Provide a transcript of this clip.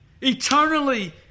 eternally